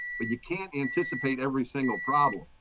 but you can't anticipate every single problem.